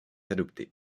adoptée